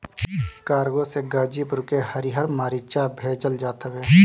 cargo से गाजीपुर के हरिहर मारीचा भेजल जात हवे